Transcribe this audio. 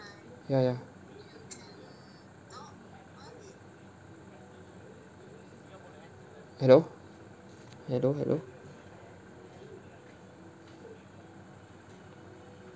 ya yeah hello hello hello